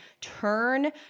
turn